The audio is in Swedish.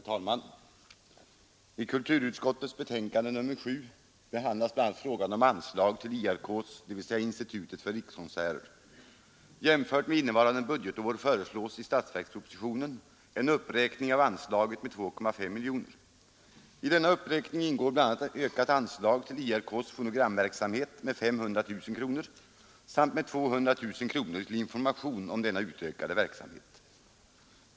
Herr talman! I kulturutskottets betänkande nr 7 behandlas bl.a. frågan om anslag till IRK dvs. Institutet för rikskonserter. Jämfört med innevarande budgetår föreslås i statsverkspropositionen en uppräkning av anslaget med 2,5 miljoner. I denna uppräkning ingår bl.a. ett ökat anslag till IRK:s fonogramverksamhet med 500 000 kronor samt med 200 000 kronor för information om denna utökade verksamhet.